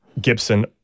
Gibson